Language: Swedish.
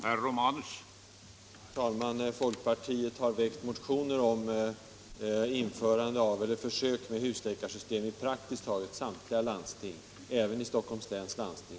Herr talman! Folkpartiet har väckt motioner om införande av eller försök med husläkarsystem i praktiskt taget samtliga landsting, även i Stockholms läns landsting.